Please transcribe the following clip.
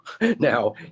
now